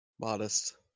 Modest